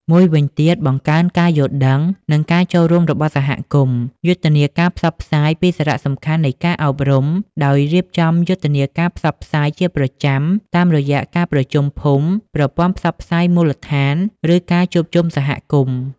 មួយវិញទៀតបង្កើនការយល់ដឹង និងការចូលរួមរបស់សហគមន៍ យុទ្ធនាការផ្សព្វផ្សាយពីសារៈសំខាន់នៃការអប់រំ ដោយ រៀបចំយុទ្ធនាការផ្សព្វផ្សាយជាប្រចាំតាមរយៈការប្រជុំភូមិ ប្រព័ន្ធផ្សព្វផ្សាយមូលដ្ឋាន ឬការជួបជុំសហគមន៍ ។